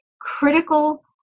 critical